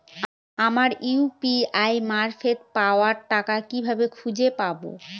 আমার ইউ.পি.আই মারফত পাওয়া টাকা কিভাবে খুঁজে পাব?